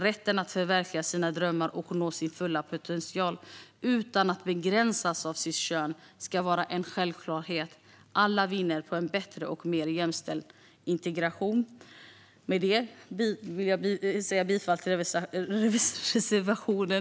Rätten att förverkliga sina drömmar och nå sin fulla potential utan att begränsas av sitt kön ska vara en självklarhet. Alla vinner på en bättre och mer jämställd integration. Jag vill yrka bifall till reservationen.